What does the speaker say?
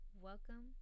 welcome